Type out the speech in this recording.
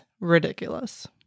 ridiculous